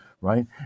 right